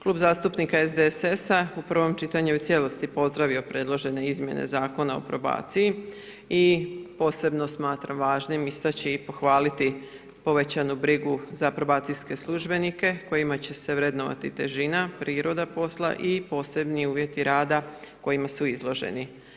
Klub zastupnika SDSS-a u prvom čitanju je u cijelosti pozdravio predložene izmjene zakona o probaciji i posebno smatram važnim istaći i pohvaliti povećanu brigu za probacijske službenike kojima će se vrednovati težina, priroda posla i posebni uvjeti rada kojima su izloženi.